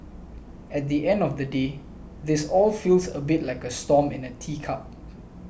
at the end of the day this all feels a bit like a storm in a teacup